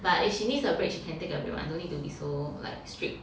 but if she needs a break she can take a break [one] no need to be so like strict